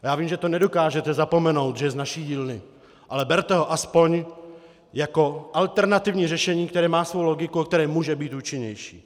Já vím, že to nedokážete zapomenout, že je z naší dílny, ale berte ho aspoň jako alternativní řešení, které má svou logiku a které může být účinnější.